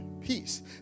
peace